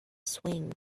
swing